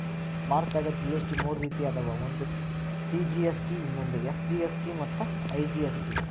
ಭಾರತದಾಗ ಜಿ.ಎಸ್.ಟಿ ಮೂರ ರೇತಿ ಅದಾವ ಒಂದು ಸಿ.ಜಿ.ಎಸ್.ಟಿ ಇನ್ನೊಂದು ಎಸ್.ಜಿ.ಎಸ್.ಟಿ ಮತ್ತ ಐ.ಜಿ.ಎಸ್.ಟಿ